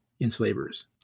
enslavers